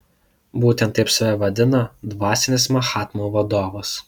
būtent taip save vadina dvasinis mahatmų vadovas